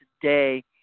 today